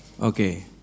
Okay